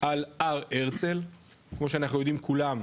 על הר הרצל, כמו שאנחנו יודעים כולם,